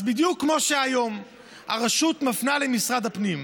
אז בדיוק כמו שהיום הרשות מפנה למשרד הפנים,